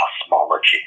cosmology